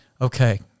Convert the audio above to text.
Okay